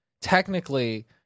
Technically